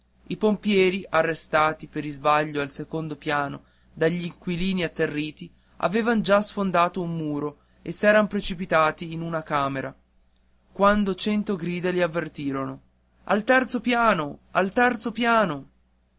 i pompieri arrestati per isbaglio al secondo piano dagli inquilini atterriti avevan già sfondato un muro e s'eran precipitati in una camera quando cento grida li avvertirono al terzo piano al terzo piano